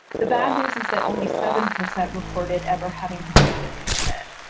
the bad news is that only seven percent reported ever having completed treatment,